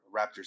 Raptors